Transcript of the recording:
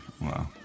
Wow